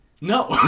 No